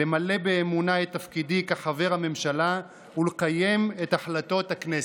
למלא באמונה את תפקידי כחבר הממשלה ולקיים את החלטות הכנסת.